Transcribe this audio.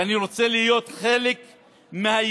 ואני רוצה להיות חלק מהישראליות,